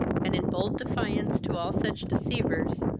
and in bold defiance to all such deceivers,